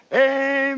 Amen